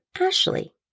Ashley